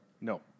No